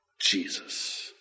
Jesus